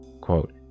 quote